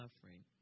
suffering